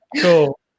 Cool